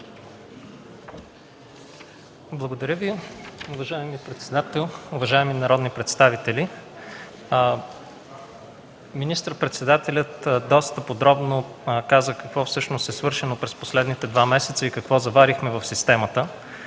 Благодаря Ви. Уважаеми господин председател, уважаеми народни представители! Министър-председателят доста подробно каза какво е свършено през последните два месеца и какво заварихме в системата.